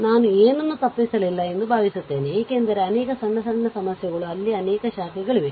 ನಾನು ಏನನ್ನೂ ತಪ್ಪಿಸಲಿಲ್ಲ ಎಂದು ಭಾವಿಸುತ್ತೇವೆ ಏಕೆಂದರೆ ಅನೇಕ ಸಣ್ಣ ಸಮಸ್ಯೆಗಳು ಅಲ್ಲಿ ಅನೇಕ ಶಾಖೆಗಳಿವೆ